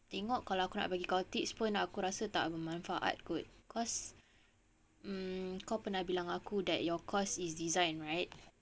tengok kalau aku nak bagi kau tips pun aku rasa tak manfaat kot cause kau pernah bilang aku that your course is design right